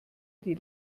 die